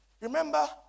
remember